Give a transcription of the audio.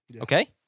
Okay